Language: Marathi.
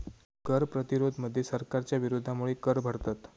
कर प्रतिरोध मध्ये सरकारच्या विरोधामुळे कर भरतत